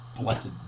blessed